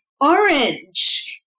orange